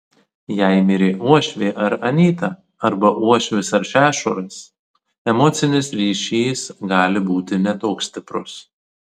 jei mirė uošvė ar anyta arba uošvis ar šešuras emocinis ryšys gali būti ne toks stiprus